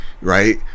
right